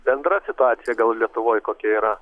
bendra situacija gal lietuvoj kokia yra